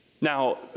Now